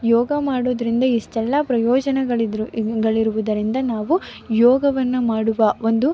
ಯೋಗ ಮಾಡುವುದ್ರಿಂದ ಇಷ್ಟೆಲ್ಲ ಪ್ರಯೋಜನಗಳಿದ್ದರೂ ಗಳಿರುವುದರಿಂದ ನಾವು ಯೋಗವನ್ನು ಮಾಡುವ ಒಂದು